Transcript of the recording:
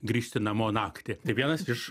grįžti namo naktį tai vienas iš